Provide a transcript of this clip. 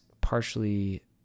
partially